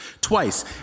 Twice